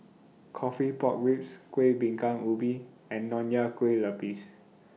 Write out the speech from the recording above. Coffee Pork Ribs Kueh Bingka Ubi and Nonya Kueh Lapis